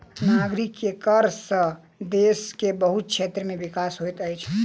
नागरिक के कर सॅ देश के बहुत क्षेत्र के विकास होइत अछि